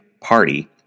party